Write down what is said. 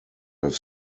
have